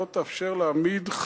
היא לא תאפשר להעמיד,